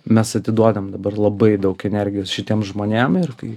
mes atiduodam dabar labai daug energijos šitiem žmonėm ir kai